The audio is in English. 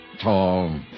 Tall